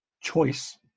choice